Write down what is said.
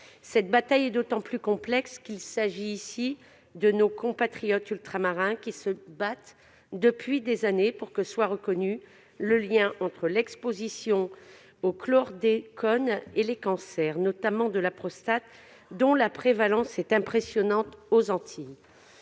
Cette bataille est particulièrement complexe pour nos compatriotes ultramarins qui se battent depuis des années pour que soit reconnu le lien entre l'exposition au chlordécone et les cancers, notamment celui de la prostate, dont la prévalence est impressionnante aux Antilles.